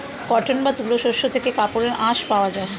cotton বা তুলো শস্য থেকে কাপড়ের আঁশ পাওয়া যায়